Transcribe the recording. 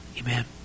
amen